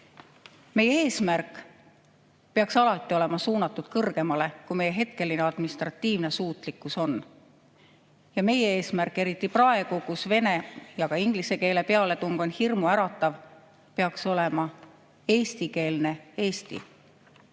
eesmärk peaks alati olema suunatud kõrgemale, kui meie hetkeline administratiivne suutlikkus on. Ja meie eesmärk, eriti praegu, kui vene ja ka inglise keele pealetung on hirmuäratav, peaks olema eestikeelne Eesti.